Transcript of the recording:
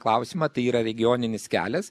klausimą tai yra regioninis kelias